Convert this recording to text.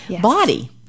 body